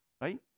Right